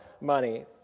money